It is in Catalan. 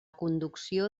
conducció